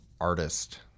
artist